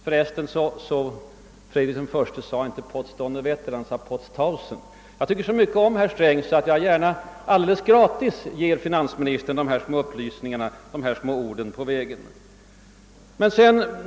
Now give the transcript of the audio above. För resten sade inte Fredrik I potz Donnerwetter, han sade potztausend. Jag tycker så mycket om herr Sträng att jag gärna ger honom dessa små ord på vägen alldeles gratis.